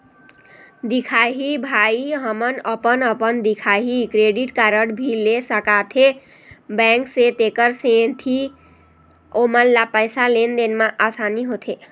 दिखाही भाई हमन अपन अपन दिखाही क्रेडिट कारड भी ले सकाथे बैंक से तेकर सेंथी ओमन ला पैसा लेन देन मा आसानी होथे?